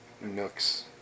nooks